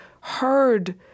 heard—